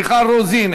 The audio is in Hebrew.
מיכל רוזין,